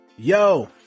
yo